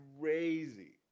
crazy